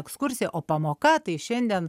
ekskursija o pamoka tai šiandien